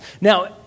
Now